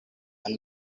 kuba